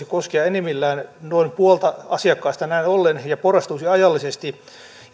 koskea enimmillään noin puolta asiakkaista ja porrastuisi ajallisesti